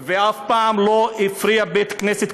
ואף פעם לא הפריע בית-כנסת.